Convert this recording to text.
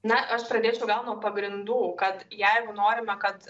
na aš pradėčiau gal nuo pagrindų kad jeigu norime kad